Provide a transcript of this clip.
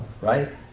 right